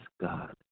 God